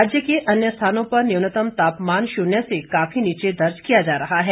राज्य के अन्य स्थानों पर न्यूनतम तापमान शून्य से काफी नीचे दर्ज किया जा रहा है